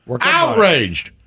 outraged